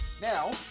now